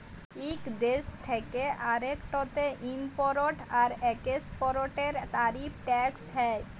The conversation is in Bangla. ইক দ্যেশ থ্যাকে আরেকটতে ইমপরট আর একেসপরটের তারিফ টেকস হ্যয়